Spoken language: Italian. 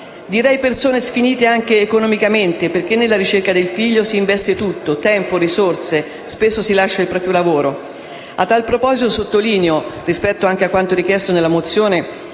sono persone sfinite anche economicamente, perché nella ricerca del figlio investono tutto: tempo, risorse e spesso lasciano il proprio lavoro. A tal proposito sottolineo, rispetto anche a quanto chiesto nella mozione,